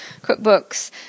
cookbooks